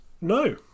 No